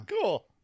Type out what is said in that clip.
Cool